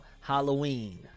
halloween